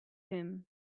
him